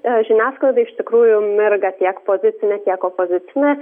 žiniasklaida iš tikrųjų mirga tiek pozicine tiek opozicine